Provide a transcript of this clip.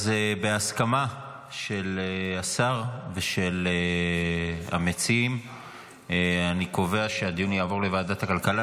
אז בהסכמה של השר ושל המציעים אני קובע שהדיון יעבור לוועדת הכלכלה.